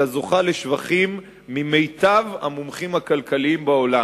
אלא זוכה לשבחים ממיטב המומחים הכלכליים בעולם.